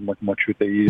mat močiutė jį